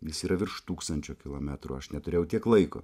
jis yra virš tūkstančio kilometrų aš neturėjau tiek laiko